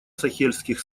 сахельских